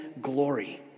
glory